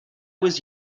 was